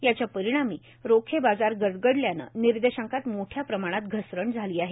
याच्या परिणामी रोखे बाजार गडगडल्यानं विर्देशांकात मोठ्या प्रमाणात घसरण झाली आहे